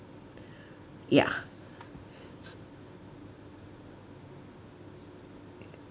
ya